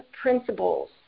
principles